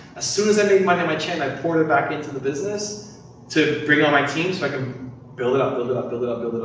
as soon as i made money on my channel, i poured it back into the business to bring on my team so i can build it up, build it up, build it up, build it up.